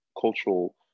cultural